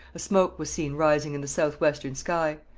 a smoke was seen rising in the south-western sky.